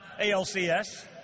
ALCS